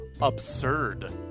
absurd